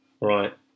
Right